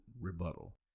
rebuttal